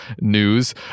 news